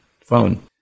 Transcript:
phone